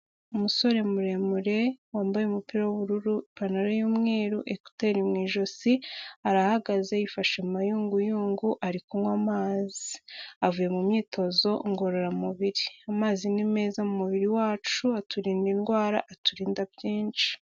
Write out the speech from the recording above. Umusore muremure wambaye umupira w'ubururu ipantalo y'umweru ekuteri mu ijosi, arahagaze yifashe mu mayunguyungu ari kunywa amazi avuye mu myitozo ngororamubiri, amazi ni meza mu mubiri wacu aturinda indwara aturinda byinshi.